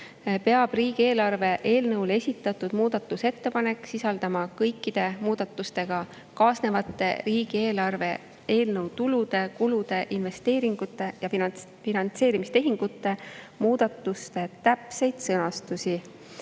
peab riigieelarve eelnõu kohta esitatud muudatusettepanek sisaldama kõikide muudatustega kaasnevate riigieelarve eelnõu tulude, kulude, investeeringute ja finantseerimistehingute muudatuste täpseid sõnastusi.